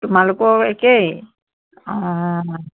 তোমালোকও একেই অঁ